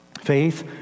faith